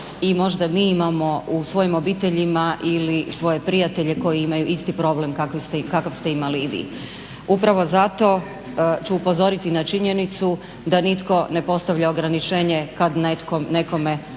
i možda mi imamo u svojim obiteljima ili svoje prijatelje koji imaju isti problem kakav ste imali i vi. Upravo zato ću upozoriti na činjenicu da nitko ne postavlja ograničenje kad nekome